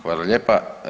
Hvala lijepa.